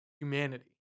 humanity